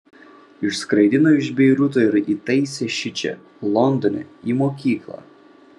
išskraidino iš beiruto ir įtaisė šičia londone į mokyklą